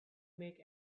make